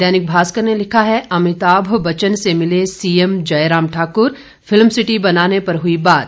दैनिक भास्कर ने लिखा है अमिताभ बच्चन से मिले CM Jairam Thakur film city बनाने पर हुई बात